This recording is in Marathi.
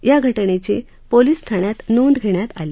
या घटनेची पोलीस ठाण्यात नोंद घेण्यात आली